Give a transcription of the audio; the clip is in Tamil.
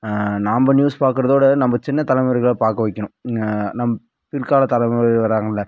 நாம் நியூஸ் பார்க்கறத விட நம்ம சின்ன தலைமுறைளை பார்க்க வைக்கணும் நம் பிற்கால தலைமுறை வாராங்கல்ல